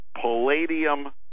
palladium